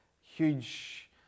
huge